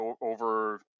over